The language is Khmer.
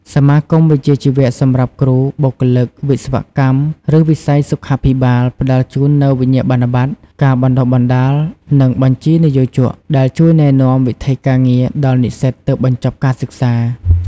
សមាគមវិជ្ជាជីវៈសម្រាប់គ្រូ បុគ្គលិកវិស្វកម្ម ឬវិស័យសុខាភិបាល ផ្តល់ជូននូវវិញ្ញាបនបត្រ ការបណ្តុះបណ្តាល និងបញ្ជីនិយោជក ដែលជួយណែនាំវិថីការងារដល់និស្សិតទើបបញ្ចប់ការសិក្សា។